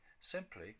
simply